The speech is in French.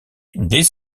dès